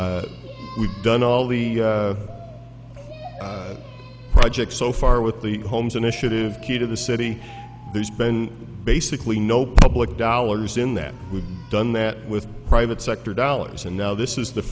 money we've done all the projects so far with the homes initiative key to the city there's been basically no public dollars in that we've done that with private sector dollars and now this is the